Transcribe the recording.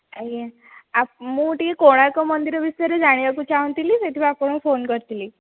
ଆଜ୍ଞା ମୁଁ ଟିକିଏ କୋଣାର୍କ ମନ୍ଦିର ବିଷୟରେ ଜାଣିବାକୁ ଚାହୁଁଥିଲି ସେଥିପାଇଁ ଆପଣଙ୍କୁ ଫୋନ୍ କରିଥିଲି